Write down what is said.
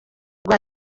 rwa